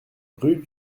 rue